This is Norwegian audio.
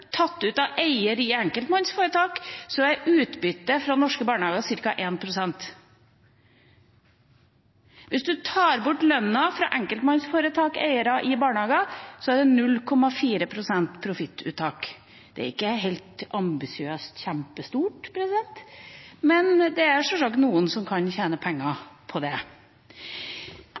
tatt ut av eieren av et enkeltmannsforetak, er utbytte fra norske barnehager ca. 1 pst. Hvis en tar bort lønna fra enkeltmannsforetakseiere i barnehager, er det et profittuttak på 0,4 pst. Det er ikke helt ambisiøst kjempestort, men det er sjølsagt noen som kan tjene penger på